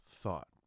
thought